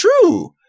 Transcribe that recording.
true